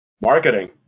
marketing